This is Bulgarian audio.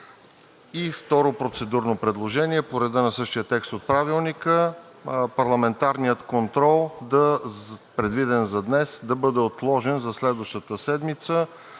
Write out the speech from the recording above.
Второто процедурно предложение по реда на същия текст от Правилника: парламентарният контрол, предвиден за днес, да бъде отложен за следващата седмица,